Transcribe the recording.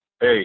hey